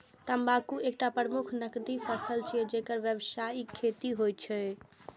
तंबाकू एकटा प्रमुख नकदी फसल छियै, जेकर व्यावसायिक खेती होइ छै